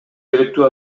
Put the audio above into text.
керектүү